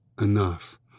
enough